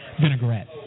vinaigrette